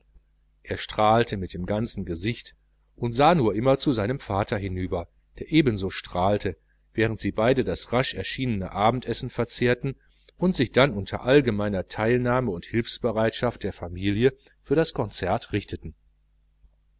er strahlte mit dem ganzen gesicht und sah nur immer zu seinem vater hinüber der ebenso strahlte während sie beide das rasch erschienene abendessen verzehrten und sich dann unter allgemeiner teilnahme und hilfsbereitschaft der familie für das konzert richteten